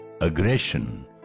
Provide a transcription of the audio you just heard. aggression